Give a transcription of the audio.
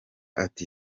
ati